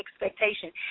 expectation